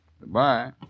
Goodbye